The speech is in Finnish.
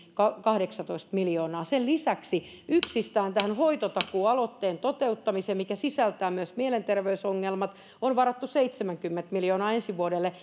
kahdeksantoista miljoonaa sen lisäksi yksistään tähän hoitotakuualoitteen toteuttamiseen mikä sisältää myös mielenterveysongelmat on varattu seitsemänkymmentä miljoonaa ensi vuodelle